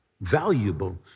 valuable